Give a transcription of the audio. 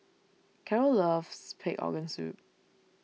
Carroll loves Pig Organ Soup